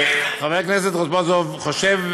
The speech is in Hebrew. חבר הכנסת רזבוזוב חושב,